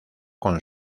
con